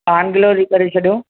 पान गिलोरी करे छॾियो